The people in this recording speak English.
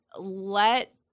let